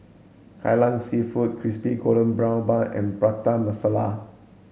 Kai Lan seafood crispy golden brown bun and Prata Masala